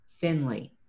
Finley